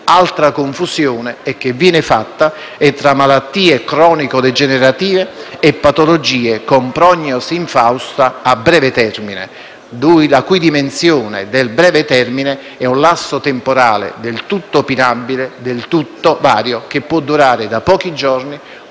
Altra confusione che viene fatta è quella tra malattie cronico-degenerative e patologie con prognosi infausta a breve termine, in cui la dimensione del breve termine è un lasso temporale del tutto opinabile e del tutto vario, che può durare pochi giorni,